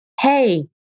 hey